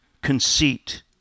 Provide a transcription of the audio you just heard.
conceit